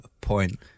point